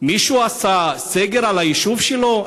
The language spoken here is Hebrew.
מישהו עשה סגר על היישוב שלו,